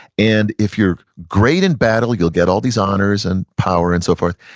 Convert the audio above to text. and if you're great in battle you'll get all these honors and power and so forth,